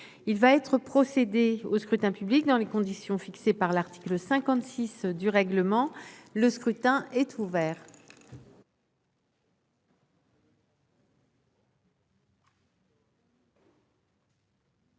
Il va être procédé au scrutin dans les conditions fixées par l'article 56 du règlement. Le scrutin est ouvert.